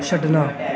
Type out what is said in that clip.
ਛੱਡਣਾ